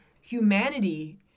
humanity